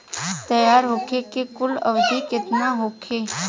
तैयार होखे के कुल अवधि केतना होखे?